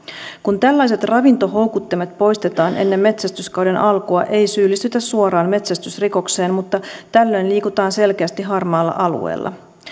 kun tällaiset ravintohoukuttimet poistetaan ennen metsästyskauden alkua ei syyllistytä suoraan metsästysrikokseen mutta tällöin liikutaan selkeästi harmaalla alueella